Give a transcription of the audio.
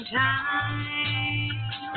time